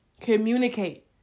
Communicate